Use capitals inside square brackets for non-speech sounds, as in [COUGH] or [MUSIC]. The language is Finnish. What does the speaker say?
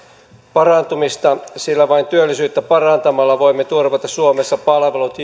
parantumista sillä vain työllisyyttä parantamalla voimme turvata suomessa palvelut [UNINTELLIGIBLE]